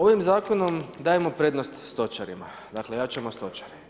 Ovim zakonom dajemo prednost stočarima, dakle, jačamo stočare.